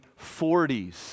40s